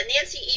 Nancy